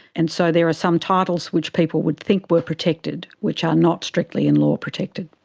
and so there are some titles which people would think were protected which are not strictly in law protected.